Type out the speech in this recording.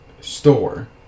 store